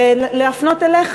ולהפנות אליך,